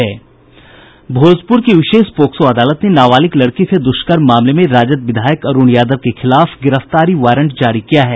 भोजपुर की विशेष पॉक्सो अदालत ने नाबालिग लड़की से दुष्कर्म मामले में राजद विधायक अरुण यादव के खिलाफ गिरफ्तारी वारंट जारी किया है